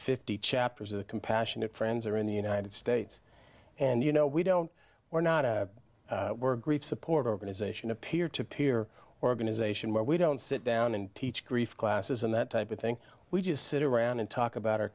fifty chapters of compassionate friends are in the united states and you know d we don't we're not we're grief support organization a peer to peer organization where we don't sit down and teach grief classes and that type of thing we just sit around and talk about our